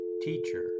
Teacher